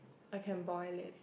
I can boil it